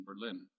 Berlin